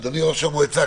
אדוני ראש המועצה,